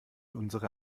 unsere